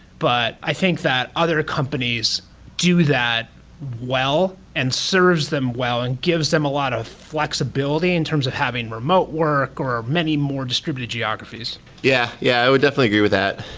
but i think that other companies do that well and serves them well and gives them a lot of flexibility in terms of having remote work or many more distributed geographies yeah. yeah, i would definitely agree with that.